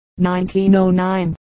1909